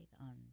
on